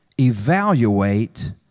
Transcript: Evaluate